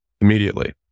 immediately